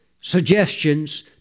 suggestions